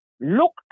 look